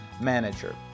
manager